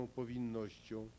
powinnością